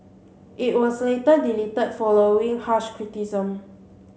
it was later deleted following harsh criticism